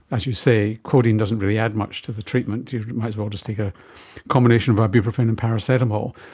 as you say, codeine doesn't really add much to the treatment, you might as well just take a combination of ibuprofen and paracetamol,